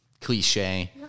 cliche